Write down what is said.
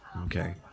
Okay